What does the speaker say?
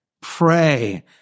Pray